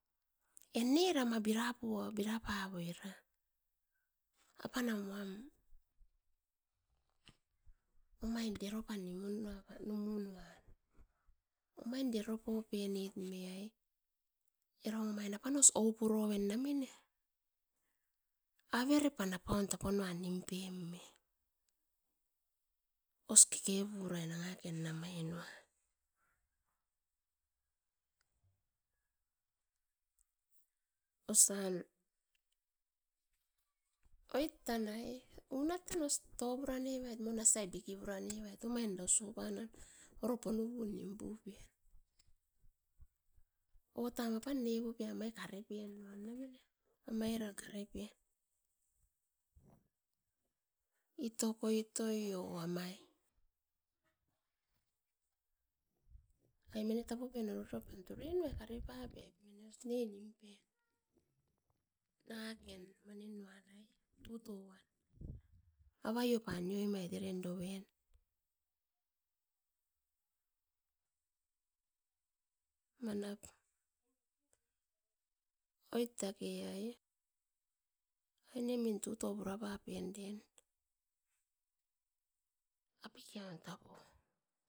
Inne era mabira puo bira papuira, apanam wam omain dero pan nimun noava numu nua. Omain dero popinet me ai, era omait apan os opuroven na mine avere pan apaun tapunuan nim pem me. Os keke purai nanga kera namai nua, osan oit tan daie, unat tan os topura nevait moi nasai biki pura nevait omainda suaban oit, koropo nupu nimpupian, oatam apan nepu piai amai karepian na mine, amai ran karepian. Itokoi toi o amai ai mine tapokuain orokio pam tureinuai kare papepuino ostan. Nei nim pen nangaken mani nuan ai tuto an avaiopa nioi mait eren doven. Manap oit dake ai e, aine min tuto pura papien den, apikiaun tapo.